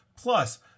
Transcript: Plus